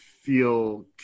feel